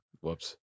Whoops